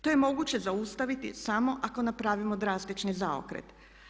To je moguće zaustaviti samo ako napravimo drastični zaokret.